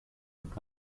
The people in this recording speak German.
mit